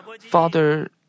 Father